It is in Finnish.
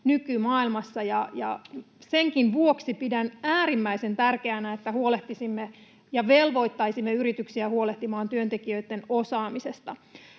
nykymaailmassa. Senkin vuoksi pidän äärimmäisen tärkeänä, että huolehtisimme, ja velvoittaisimme yrityksiä huolehtimaan, työntekijöitten osaamisesta.